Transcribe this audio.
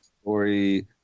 story